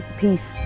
peace